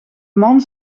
man